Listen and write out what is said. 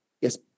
yes